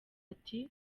ati